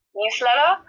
newsletter